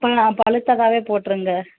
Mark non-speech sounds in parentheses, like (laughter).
(unintelligible) பழுத்ததாவே போட்டிருங்க